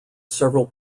several